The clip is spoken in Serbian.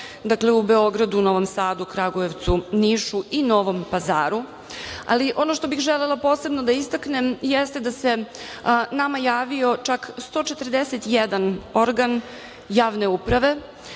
dakle, u Beogradu, u Novom Sadu, u Kragujevcu, u Nišu i Novom Pazaru, ali ono što bih želela posebno da istaknem jeste da se nama javio čak 141 organ javne uprave